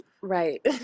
Right